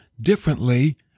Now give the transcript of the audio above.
differently